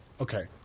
Okay